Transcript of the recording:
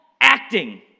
acting